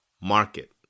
market